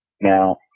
Now